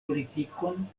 politikon